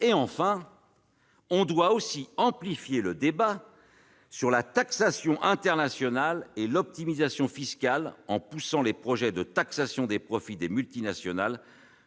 Et enfin :« On doit aussi amplifier le débat sur la taxation internationale et l'optimisation fiscale en poussant les projets de taxation des profits des multinationales